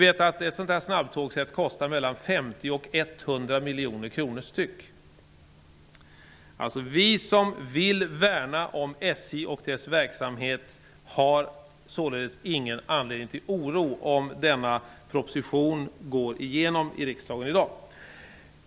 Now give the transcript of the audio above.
Ett sådant snabbtågset kostar 50--100 miljoner kronor styck. Vi som vill värna om SJ och dess verksamhet har således ingen anledning till oro om denna proposition biträds i riksdagen i dag.